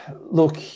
Look